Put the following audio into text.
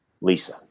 Lisa